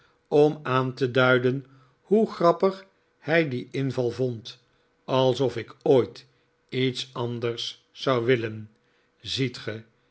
om aan te duiden hoe grappig hij dien inval vond alsof ik ooit iets anders zou willen ziet ge